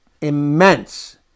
immense